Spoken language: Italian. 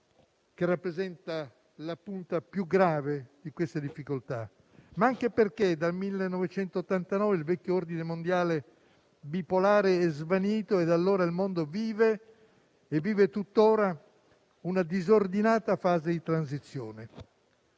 che rappresenta la punta più grave di queste difficoltà, ma anche perché dal 1989 il vecchio ordine mondiale bipolare è svanito e da allora il mondo vive - ed è così tuttora - una disordinata fase di transizione.